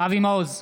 אבי מעוז,